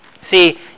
See